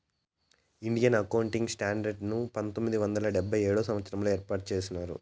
Indian accounting standards ని పంతొమ్మిది వందల డెబ్భై ఏడవ సంవచ్చరంలో ఏర్పాటు చేసినారు